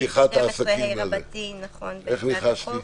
פתיחת העסקים, איך ניחשתי?